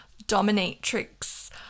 dominatrix